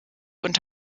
und